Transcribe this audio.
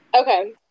okay